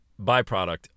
byproduct